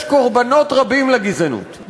יש קורבנות רבים לגזענות.